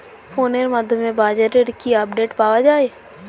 ফোনের মাধ্যমে বাজারদরের কি আপডেট পাওয়া যায়?